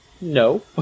No